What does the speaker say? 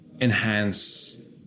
enhance